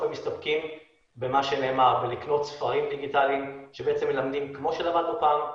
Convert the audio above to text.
הם מסתפקים בלקנות ספרים דיגיטליים שמלמדים כמו שלמדנו פעם,